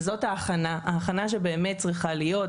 וזאת ההכנה שצריכה להיות.